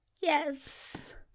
Yes